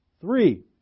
Three